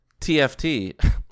TFT